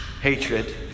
hatred